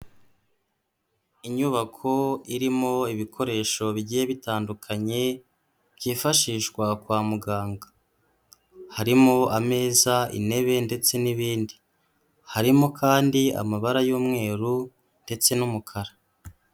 Inyubako irimo ibikoresho bi bitandukanye byifashishwa kwa muganga, harimo ameza, intebe ndetse n'ibindi, harimo kandi amabara y'umweru ndetse n'umukara.